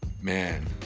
man